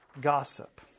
gossip